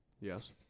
Yes